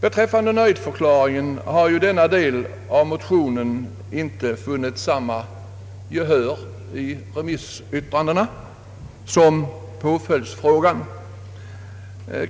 Beträffande nöjdförklaringen har ju denna del av motionen inte vunnit samma gehör vid remissyttrandena som påföljdsfrågan.